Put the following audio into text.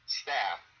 staff